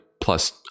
plus